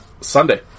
Sunday